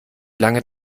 lange